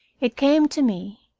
it came to me.